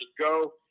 go